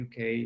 uk